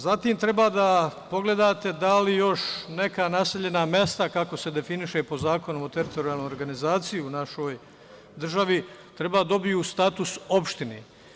Zatim, treba da pogledate da li još neka naseljena mesta, kako se definiše po Zakonu o teritorijalnoj organizaciji u našoj državi, treba da dobiju status opštine.